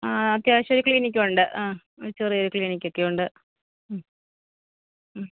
ആ അത്യാവശ്യം ഒരു ക്ലിനിക്ക് ഉണ്ട് ആ ചെറിയൊരു ക്ലിനിക്ക് ഒക്കെ ഉണ്ട്